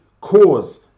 cause